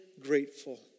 grateful